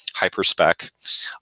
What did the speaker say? hyperspec